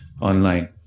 online